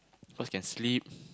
first can sleep